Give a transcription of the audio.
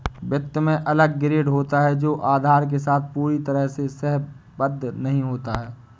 वित्त में अलग ग्रेड होता है जो आधार के साथ पूरी तरह से सहसंबद्ध नहीं होता है